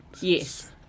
Yes